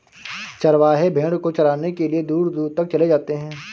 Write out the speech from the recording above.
चरवाहे भेड़ को चराने के लिए दूर दूर तक चले जाते हैं